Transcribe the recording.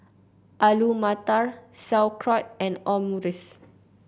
Alu Matar Sauerkraut and Omurice